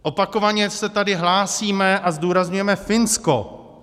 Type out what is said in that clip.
Opakovaně se tady hlásíme a zdůrazňujeme Finsko.